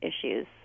issues